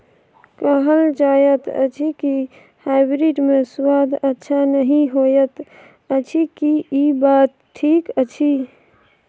कहल जायत अछि की हाइब्रिड मे स्वाद अच्छा नही होयत अछि, की इ बात ठीक अछि?